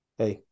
hey